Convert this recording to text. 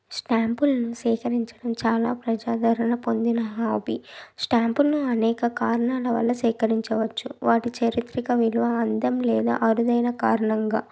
స్టాంపులను సేకరించడం చాలా ప్రజాదారణ పొందిన హాబీ స్టాంపులను అనేక కారణాల వల్ల సేకరించవచ్చు వాటి చరిత్రక విలువ అందం లేదా అరుదైన కారణంగా